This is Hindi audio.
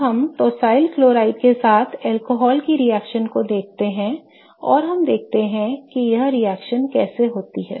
अब हम टॉसिल क्लोराइड के साथ अल्कोहल की रिएक्शन को देखते हैं और हम देखते हैं कि यह रिएक्शन कैसे होती है